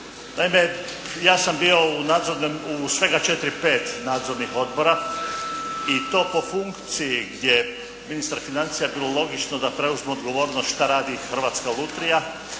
Naime, ja sam bio u svega četiri, pet nadzornih odbora i to po funkciji gdje je ministar financija bilo logično da preuzme odgovornost šta radi Hrvatska Lutrija,